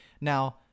Now